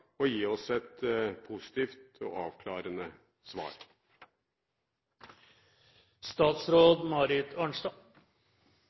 og gi oss et positivt og avklarende